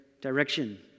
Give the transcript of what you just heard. direction